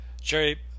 Jerry